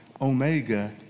Omega